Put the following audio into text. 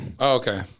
okay